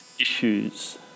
issues